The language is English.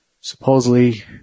supposedly